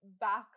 back